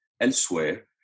elsewhere